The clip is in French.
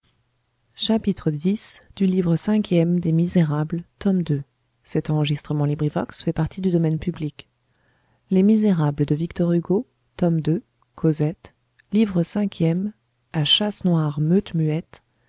bruit livre cinquième à chasse noire meute